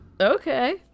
Okay